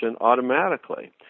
automatically